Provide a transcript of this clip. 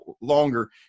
longer